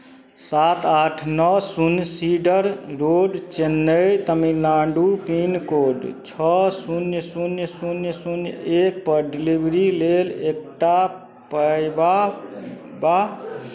सात आठ नओ शून्य cedar road Chennai Tamil Nadu pin code छओ शून्य शून्य शून्य शून्य एकपर डिलीवरी लेल एक टा पायबा बा